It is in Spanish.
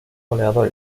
goleador